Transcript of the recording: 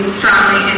strongly